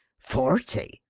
forty,